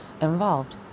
involved